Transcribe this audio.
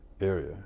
area